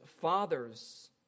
fathers